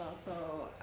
so,